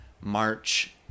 March